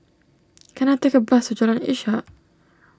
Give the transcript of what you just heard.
can I take a bus to Jalan Ishak